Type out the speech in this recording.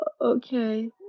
okay